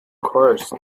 course